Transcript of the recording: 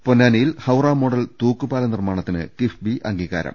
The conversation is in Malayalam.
പൊന്നാനിയിൽ ഹൌറ മോഡൽ തൂക്കുപാല നിർമ്മാണത്തിന് കിഫ്ബി അംഗീകാരം